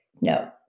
No